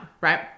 right